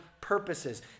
purposes